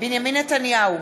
בנימין נתניהו,